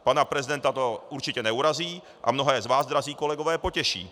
Pana prezidenta to určitě neurazí a mnohé z vás, drazí kolegové, to potěší.